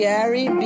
Gary